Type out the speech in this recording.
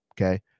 Okay